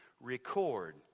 record